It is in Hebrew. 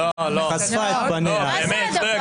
תודה רבה אדוני היושב-ראש.